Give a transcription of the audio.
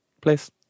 Please